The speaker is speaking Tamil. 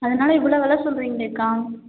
அதனாலே இவ்வளோ வெலை சொல்றீங்களேக்கா